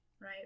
Right